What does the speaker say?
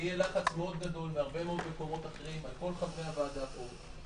יהיה לחץ מאוד גדול מהרבה מאוד מקומות אחרים על כל חברי הוועדה פה,